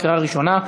לקריאה ראשונה,